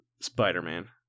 Spider-Man